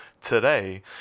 today